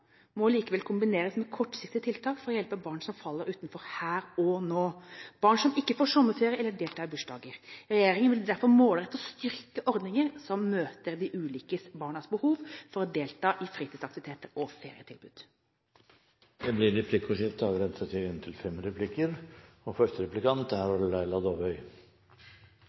må likevel kombineres med kortsiktige tiltak for å hjelpe barn som faller utenfor, her og nå – barn som ikke får dra på sommerferie eller delta i bursdager. Regjeringen vil derfor målrette og styrke ordninger som møter de ulike barnas behov for å delta i fritidsaktiviteter og ferietilbud. Det blir replikkordskifte. I brevet som statsråden har gitt komiteen, står det at det på enkelte områder er